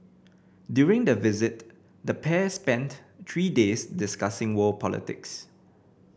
during the visit the pair spent three days discussing world politics